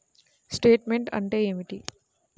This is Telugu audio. స్టేట్మెంట్ అంటే ఏమిటి?